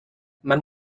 man